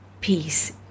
peace